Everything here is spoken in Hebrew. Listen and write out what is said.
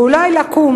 ואולי לקום